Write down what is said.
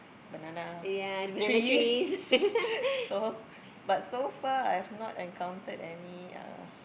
banana trees so but so far I've not encountered any uh